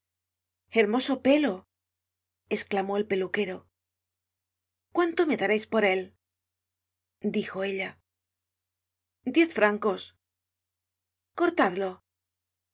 hermoso pelo esclamó el peluquero cuánto me dareis por él dijo ella